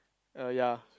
uh ya